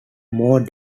more